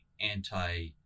anti